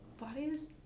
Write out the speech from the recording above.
bodies